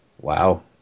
wow